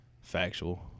Factual